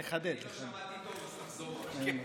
אני לא שמעתי טוב, אז תחזור בבקשה.